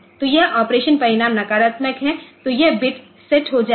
तो यह ऑपरेशन परिणाम नकारात्मक है तो यह बिट सेट हो जाएगा